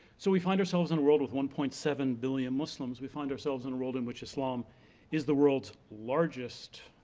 so, we find ourselves in a world with one point seven billion muslims. we find ourselves in a world in which islam is the world's largest,